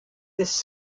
this